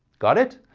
got it?